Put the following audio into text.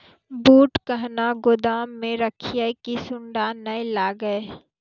बूट कहना गोदाम मे रखिए की सुंडा नए लागे?